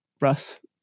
Russ